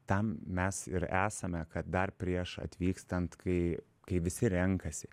tam mes ir esame kad dar prieš atvykstant kai kai visi renkasi